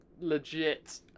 legit